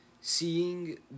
seeing